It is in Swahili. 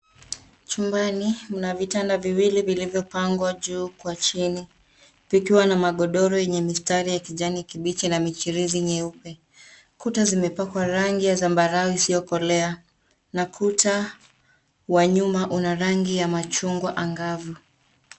Chumbani mna vitanda viwili vilivyopangwa juu kwa chini vikiwa na magodoro yenye mistari ya kijani kibichi na michirizi meupe. Kuta zimepakwa rangi ya zambarau isiyokolea na kuta wa nyuma una rangi ya machungwa angavu.